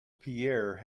pierre